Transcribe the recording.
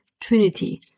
trinity